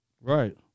Right